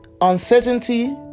uncertainty